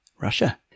Russia